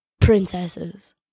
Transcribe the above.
Princesses